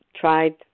tried